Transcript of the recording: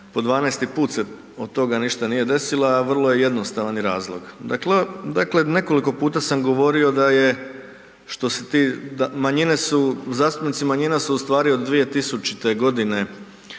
po 12. put se od toga ništa nije desilo, a vrlo je jednostavan i razlog. Dakle, dakle nekoliko puta sam govorio da je što se, manjine su, zastupnici manjina su u stvari od 2000.g.